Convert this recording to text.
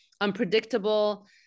unpredictable